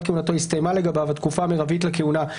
כהונתו הסתיימה לגביו התקופה המרבית לכהונה,